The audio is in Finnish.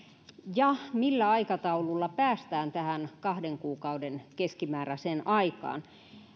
ja millä aikataululla päästään tähän kahden kuukauden keskimääräiseen aikaan